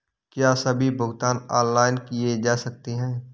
क्या सभी भुगतान ऑनलाइन किए जा सकते हैं?